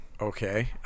Okay